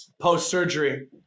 post-surgery